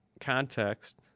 context